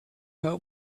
help